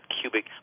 cubic